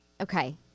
okay